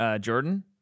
Jordan